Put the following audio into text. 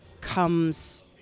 comes